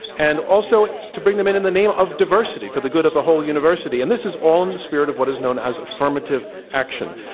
and also to bring them in in the name of diversity for the good of the whole university, and this is all in the spirit of what is known as affirmative action.